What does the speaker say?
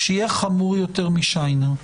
שיהיה חמור יותר משיינר?